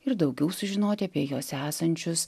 ir daugiau sužinoti apie jose esančius